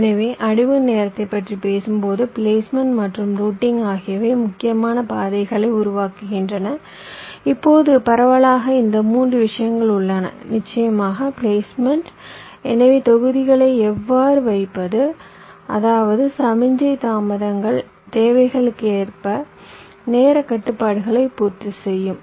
எனவே அடைவு நேரத்தை பற்றி பேசும்போது பிளேஸ்மெண்ட் மற்றும் ரூட்டிங் ஆகியவை முக்கியமான பாதைகளை உருவாக்குகின்றன இப்போது பரவலாக இங்கு 3 விஷயங்கள் உள்ளன நிச்சயமாக பிளேஸ்மெண்ட் எனவே தொகுதிகளை எவ்வாறு வைப்பது அதாவது சமிக்ஞை தாமதங்கள் தேவைகளுக்கு ஏற்ப நேரக் கட்டுப்பாடுகளை பூர்த்தி செய்யும்